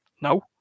No